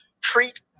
treat